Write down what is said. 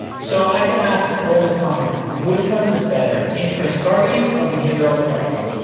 so i get asked all the time, which one is better, interest targeting or behavioral targeting,